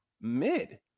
mid